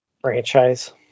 Franchise